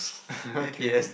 okay